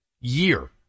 year